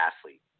athlete